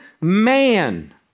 man